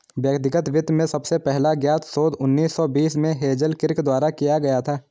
व्यक्तिगत वित्त में सबसे पहला ज्ञात शोध उन्नीस सौ बीस में हेज़ल किर्क द्वारा किया गया था